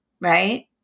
right